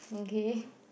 okay